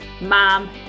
mom